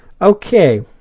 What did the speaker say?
Okay